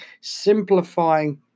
simplifying